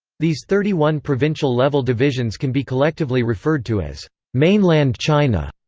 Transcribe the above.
these thirty one provincial-level divisions can be collectively referred to as mainland china,